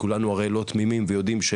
כולנו הרי לא תמימים ויודעים,